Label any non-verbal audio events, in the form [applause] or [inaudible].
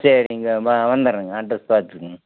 சரிங்க வந்தடுறங்க அட்ரஸை [unintelligible]